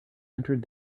entered